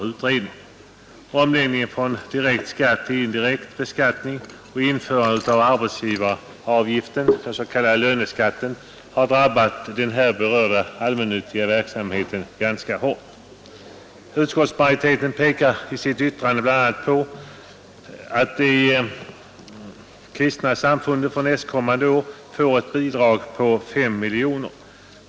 Omläggningen från direkt skatt till indirekt skatt och införandet av arbetsgivaravgiften, den s.k. löneskatten, har drabbat den här berörda allmännyttiga verksamheten ganska hårt. Utskottsmajoriteten pekar i sitt yttrande bl.a. på att de kristna samfunden för nästkommande år får ett bidrag på 5 miljoner kronor.